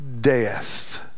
death